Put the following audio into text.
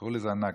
תקראו לזה הנכבה.